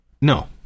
No